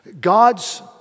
God's